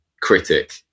critic